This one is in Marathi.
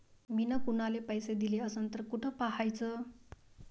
मिन कुनाले पैसे दिले असन तर कुठ पाहाचं?